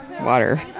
water